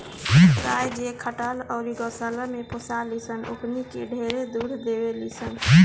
गाय जे खटाल अउरी गौशाला में पोसाली सन ओकनी के ढेरे दूध देवेली सन